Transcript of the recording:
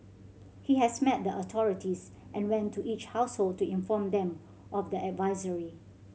he has met the authorities and went to each household to inform them of the advisory